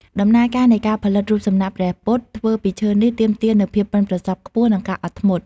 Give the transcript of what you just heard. ដំណើរការនៃការផលិតរូបសំណាកព្រះពុទ្ធធ្វើពីឈើនេះ ទាមទារនូវភាពប៉ិនប្រសប់ខ្ពស់ និងការអត់ធ្មត់។